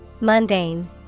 Mundane